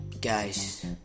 Guys